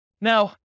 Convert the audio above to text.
Now